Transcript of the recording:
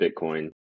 Bitcoin